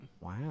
wow